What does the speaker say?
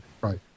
right